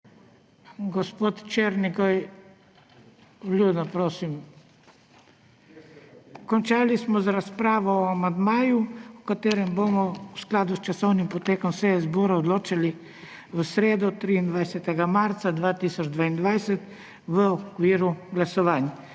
Gospod Černigoj, vljudno prosim. Končali smo z razpravo o amandmaju, o katerem bomo v skladu s časovnim potekom seje zbora odločali v sredo, 23. marca 2022, v okviru glasovanj.